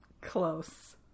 close